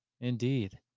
Indeed